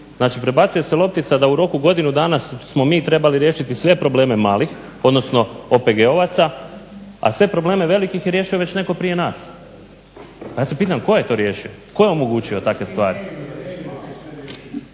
Znači prebacuje se loptica da u roku godine dana smo mi trebali riješiti sve probleme malih, odnosno OPG-ovaca, a sve probleme velikih je riješio već netko prije nas. Pa ja se pitam tko je to riješio, tko je omogućio takve stvari.